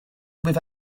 with